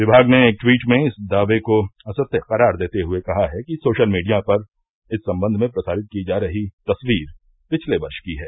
विभाग ने एक ट्वीट में इस दाये को असत्य करार देते हुए कहा कि सोशल मीडिया पर इस सम्बन्ध में प्रसारित की जा रही तस्वीर पिछले वर्ष की है